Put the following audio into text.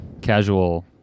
casual